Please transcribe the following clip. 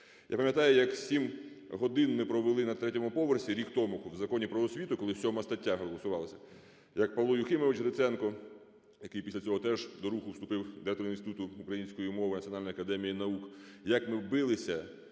Я пам'ятаю, як 7 годин ми провели на 3 поверсі рік тому, в Законі "Про освіту", коли 7 стаття голосувалася, як Павло Юхимович Гриценко, який після цього теж до Руху вступив, директор Інституту української мови Національної академії наук, як ми билися